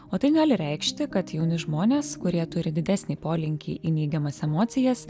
o tai gali reikšti kad jauni žmonės kurie turi didesnį polinkį į neigiamas emocijas